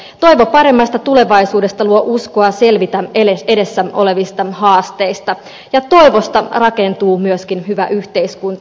toivo paremmasta tulevaisuudesta luo uskoa selvitä edessä olevista haasteista ja toivosta rakentuu myöskin hyvä yhteiskunta